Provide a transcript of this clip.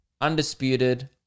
Undisputed